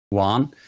one